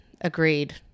Agreed